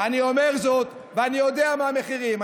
אני אומר זאת, ואני יודע מה המחירים.